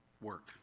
work